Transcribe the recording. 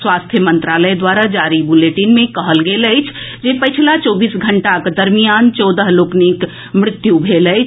स्वास्थ्य मंत्रालय द्वारा जारी बुलेटिन मे कहल गेल अछि जे पछिला चौबीस घंटाक दरमियान चौदह लोकनिक मृत्यु भेल अछि